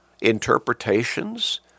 interpretations